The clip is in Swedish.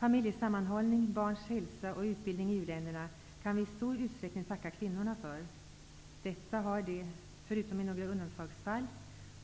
Familjesammanhållning, barns hälsa och utbildning i u-länderna kan vi i stor utsträckning tacka kvinnorna för. Detta har de, förutom i några undantagsfall,